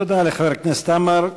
תודה לחבר הכנסת עמאר.